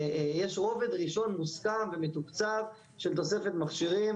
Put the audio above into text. יש רובד ראשון מוסכם ומתוקצב של תוספת מכשירים